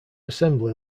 assembly